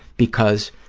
because